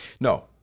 No